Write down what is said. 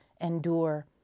endure